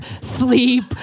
sleep